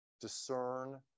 Discern